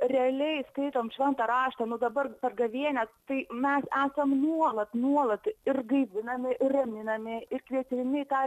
realiai skaitom šventą raštą nu dabar per gavėnią tai mes esam nuolat nuolat ir gaivinami ir raminami ir kviečiami į tą